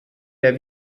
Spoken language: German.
der